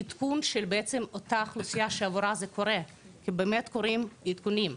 לעדכון של אותה אוכלוסייה שזה קורה כי קורים עדכונים,